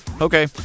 Okay